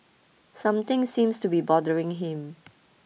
something seems to be bothering him